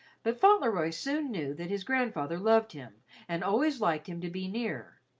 but fauntleroy soon knew that his grandfather loved him and always liked him to be near,